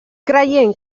creient